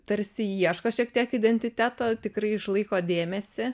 tarsi ieško šiek tiek identiteto tikrai išlaiko dėmesį